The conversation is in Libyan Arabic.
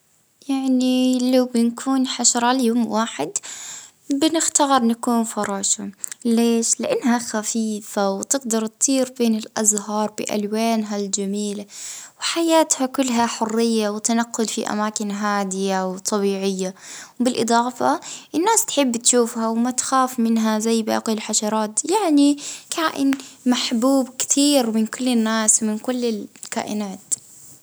آه نختار أنها نكون نحلة، نحب نشوف كيف أنها حياتها منظمة وخدمتها كيف سرب وكيف أنها تضيف بالعسل.